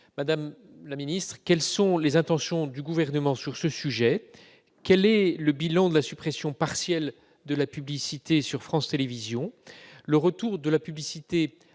Madame la ministre, quelles sont les intentions du Gouvernement sur ce sujet ? Quel est le bilan de la suppression partielle de la publicité sur France Télévisions ? Le retour de la publicité